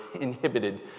inhibited